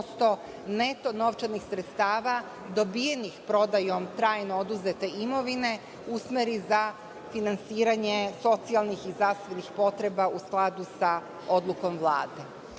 neto novčanih sredstava dobijenih prodajom trajno oduzete imovine usmeri za finansiranje socijalnih i zdravstvenih potreba, u skladu sa odlukom Vlade. Na